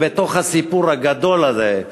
ובתוך הסיפור הגדול הזה,